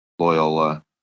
Loyola